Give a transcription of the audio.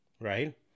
right